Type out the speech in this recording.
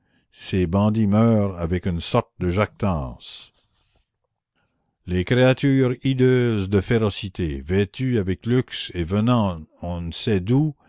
ces bandits meurent avec une sorte de jactance la commune les créatures hideuses de férocité vêtues avec luxe et venant on ne sait d'où